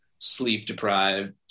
sleep-deprived